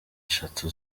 eshatu